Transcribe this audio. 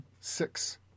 six